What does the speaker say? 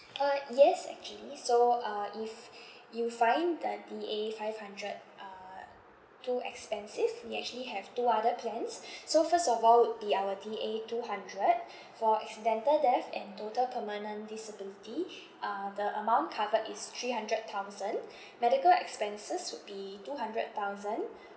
uh yes actually so uh if you find the D A five hundred uh too expensive we actually have two other plans so first of all would be our D A two hundred for accidental death and total permanent disability uh the amount covered is three hundred thousand medical expenses would be two hundred thousand